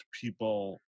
people